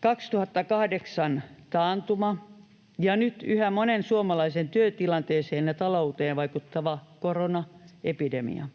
2008 taantuma ja nyt yhä monen suomalaisen työtilanteeseen ja talouteen vaikuttava koronaepidemia.